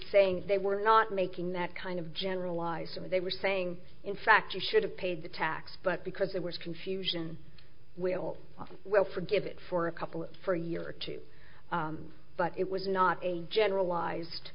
saying they were not making that kind of generalized and they were saying in fact you should have paid the tax but because there was confusion will will forgive it for a couple for a year or two but it was not a generalized